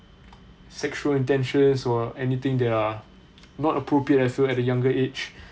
sexual intentions or anything that are not appropriate I feel at a younger age